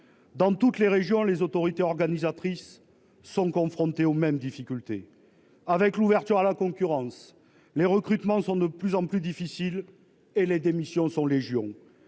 dans toutes les régions, les autorités organisatrices sont confrontés aux mêmes difficultés avec l'ouverture à la concurrence, les recrutements sont de plus en plus difficile et les démissions sont légion,